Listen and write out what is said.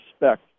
respect